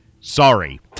Sorry